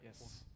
Yes